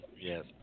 Yes